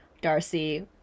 Darcy